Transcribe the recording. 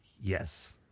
Yes